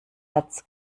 herz